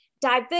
diverse